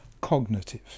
cognitive